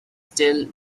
still